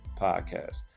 podcast